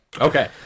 Okay